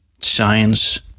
science